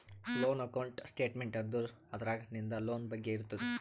loan account statement ಅಂದುರ್ ಅದ್ರಾಗ್ ನಿಂದ್ ಲೋನ್ ಬಗ್ಗೆ ಇರ್ತುದ್